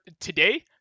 today